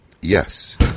Yes